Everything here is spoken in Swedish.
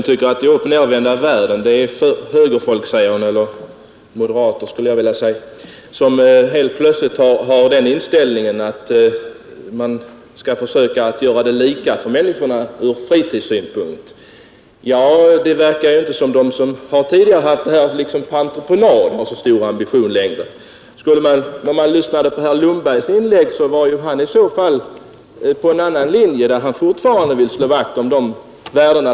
t. Jag gör det, till viss del i varje fall. När Kungl. Maj:t vill genomföra någonting, så brukar Kungl. Maj:t kunna göra det ändå här i kammaren.